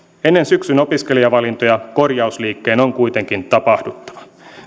ennen syksyn opiskelijavalintoja korjausliikkeen on kuitenkin tapahduttava